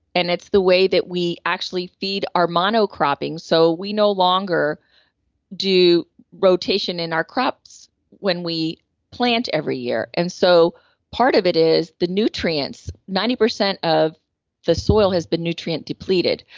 and it's the way that we actually feed our mono-cropping. so we no longer do rotation in our crops when we plant every year and so part of it is, the nutrients. ninety percent of the soil has been nutrient depleted.